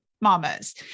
mamas